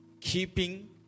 keeping